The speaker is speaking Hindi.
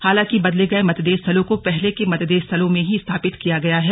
हालांकि बदले गये मतदेय स्थलों को पहले के मतदेय स्थलों में ही स्थापित किया गया है